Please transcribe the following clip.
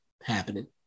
happening